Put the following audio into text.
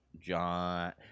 John